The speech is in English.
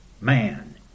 man